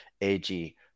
AG